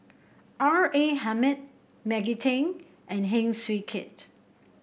R A Hamid Maggie Teng and Heng Swee Keat